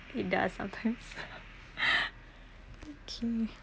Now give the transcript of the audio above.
it does sometimes okay